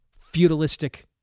feudalistic